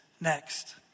next